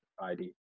ID